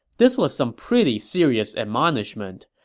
this was some pretty serious admonishment,